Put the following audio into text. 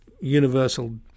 universal